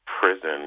prison